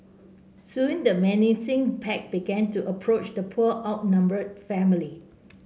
soon the menacing pack began to approach the poor outnumbered family